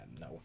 no